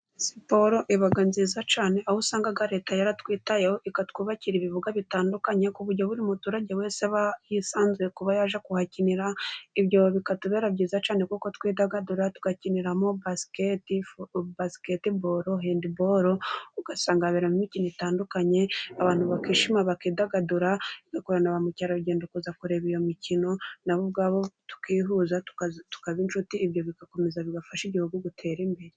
Siporo iba nziza cyane, aho usanga Leta yaratwitayeho ikatwubakira ibibuga bitandukanye ku buryo buri muturage wese aba yisanzuye kuba yaje kuhakinira. Ibyo bikatubera byiza cyane kuko twidagadura, tugakiniramo basiketiboro, handiboro, ugasanga haberamo imikino itandukanye abantu bakishima bakidagadura igakurura na bamukerarugendo kuza kureba iyo mikino nabo ubwabo tukihuza tukaba inshuti ibyo bigakomeza bigafasha igihugu gutera imbere.